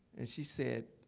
and she said,